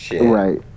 Right